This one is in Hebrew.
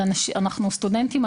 אנחנו סטודנטים,